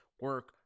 Work